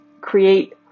create